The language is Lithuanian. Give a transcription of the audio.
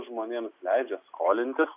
žmonėms leidžia skolintis